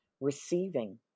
receiving